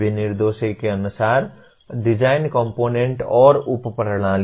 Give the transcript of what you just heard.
विनिर्देशों के अनुसार डिज़ाइन कॉम्पोनेन्ट और उप प्रणालियाँ